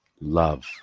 love